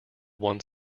one